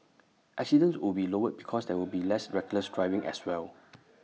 accidents would be lowered because there will be less reckless driving as well